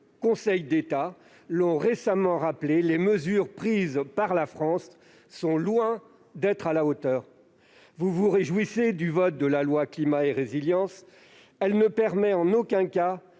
Conseil d'État l'ont récemment rappelé, les mesures prises par la France sont loin d'être à la hauteur. Vous vous réjouissez de l'adoption du projet de loi Climat et résilience, mais ce texte ne permet en aucun cas